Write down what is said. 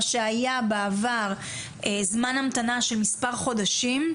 מה שהיה בעבר זמן המתנה של מספר חודשים,